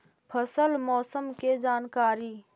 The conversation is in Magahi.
फसल मौसम के जानकारी?